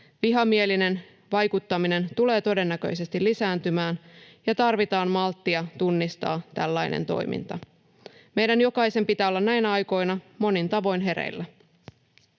Vihamielinen vaikuttaminen tulee todennäköisesti lisääntymään, ja tarvitaan malttia tunnistaa tällainen toiminta. Meidän jokaisen pitää olla näinä aikoina monin tavoin hereillä.